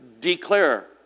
Declare